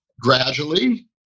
gradually